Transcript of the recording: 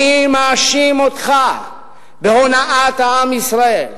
אני מאשים אותך בהונאת העם בישראל.